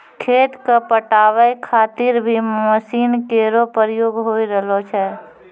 खेत क पटावै खातिर भी मसीन केरो प्रयोग होय रहलो छै